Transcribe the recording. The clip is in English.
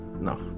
No